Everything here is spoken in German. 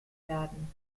werden